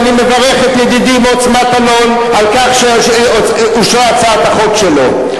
ואני מברך את ידידי מוץ מטלון על כך שאושרה הצעת החוק שלו.